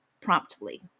promptly